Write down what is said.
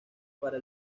para